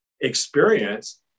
experience